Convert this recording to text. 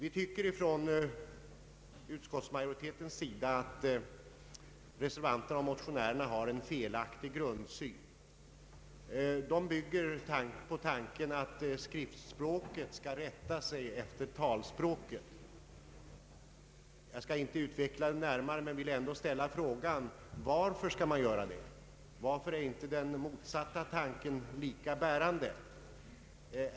Inom utskottsmajoriteten tycker vi att motionärerna och reservanterna har en felaktig grundsyn. De bygger på tanken att skriftspråket skall rätta sig efter talspråket. Jag skall inte utveckla detta närmare men vill ändå ställa frågan: Varför skall det vara på det sättet? Varför är inte den motsatta tanken lika bärande?